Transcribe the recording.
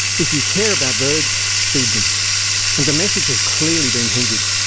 if you care about birds, feed them! and the message has clearly been heeded.